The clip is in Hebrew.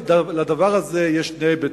לדבר הזה יש שני היבטים.